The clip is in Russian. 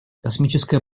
космическое